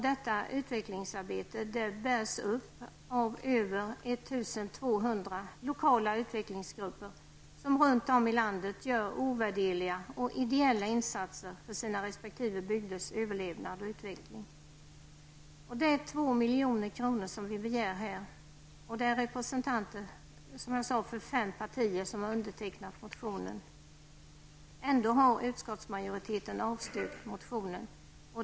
Detta utvecklingsarbete bärs upp av över 1 200 lokala utvecklingsgrupper, som runt om i landet gör ovärderliga och ideella insatser för sina resp. bygders överlevnad och utveckling. Det är 2 miljoner vi begär nu. Representanter för fem partier har undertecknat motionen. Ändå har utskottsmajoriteten avstyrkt motionen.